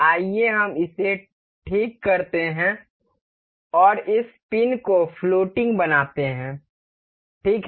आइए हम इसे ठीक करते हैं और इस पिन को फ्लोटिंग बनाते हैं ठीक है